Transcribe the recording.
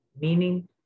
meaning